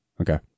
Okay